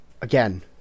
Again